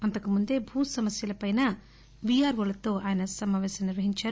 అంతకుముందే భూ సమస్యలపై వీఆర్పోలతో సమాపేశం నిర్వహించారు